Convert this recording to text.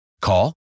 Call